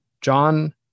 John